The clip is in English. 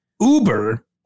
Uber